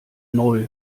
neu